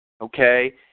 okay